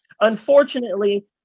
Unfortunately